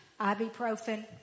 ibuprofen